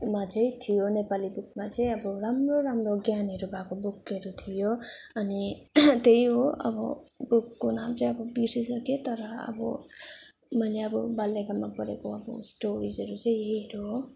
मा चाहिँ थियो नेपाली बुकमा चाहिँ अब राम्रो राम्रो ज्ञानहरू भएको बुकहरू थियो अनि त्यही हो अब बुकको नाम चाहिँ बिर्सिसकेँ तर अब मैले अब बाल्यकालमा पढेको अब स्टोरिजहरू चाहिँ यहीहरू हो